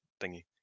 thingy